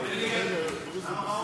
פיני גרשון.